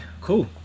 Cool